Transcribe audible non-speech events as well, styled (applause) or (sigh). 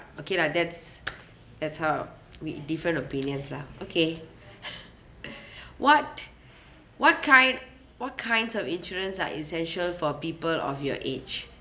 okay lah that's that's how we different opinions lah okay (laughs) what what kind what kinds of insurance are essential for people of your age